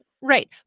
Right